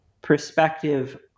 perspective